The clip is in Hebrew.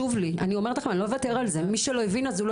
מי שלא מבין את זה,